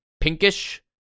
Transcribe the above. pinkish